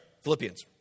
Philippians